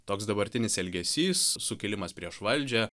toks dabartinis elgesys sukilimas prieš valdžią